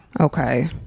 Okay